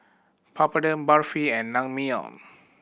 Papadum Barfi and Naengmyeon